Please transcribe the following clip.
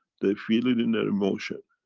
they feel it in their emotion.